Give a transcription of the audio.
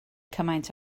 cymaint